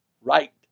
right